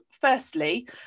firstly